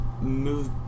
Move